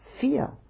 fear